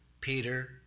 Peter